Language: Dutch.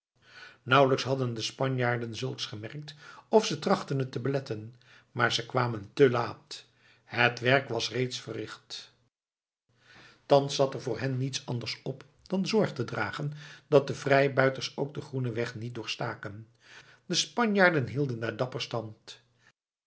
nauwelijks hadden de spanjaarden zulks gemerkt of ze trachtten het te beletten maar ze kwamen te laat het werk was reeds verricht thans zat er voor hen niets anders op dan zorg te dragen dat de vrijbuiters ook den groenenweg niet doorstaken de spanjaarden hielden daar dapper stand